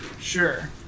Sure